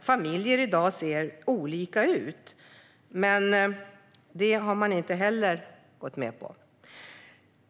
familjer i dag ser olika ut. Men det har man inte heller gått med på.